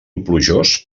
plujós